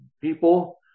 people